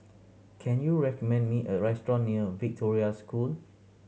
can you recommend me a restaurant near Victoria School